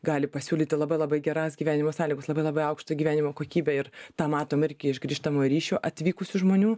gali pasiūlyti labai labai geras gyvenimo sąlygos labai labai aukštą gyvenimo kokybę ir tą matom irgi iš grįžtamojo ryšio atvykusių žmonių